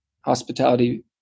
hospitality